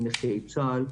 של נכי צה"ל.